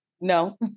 No